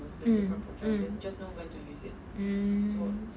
mm mm mm